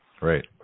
Right